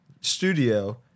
studio